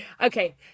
Okay